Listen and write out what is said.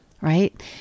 right